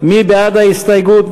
מי בעד ההסתייגות?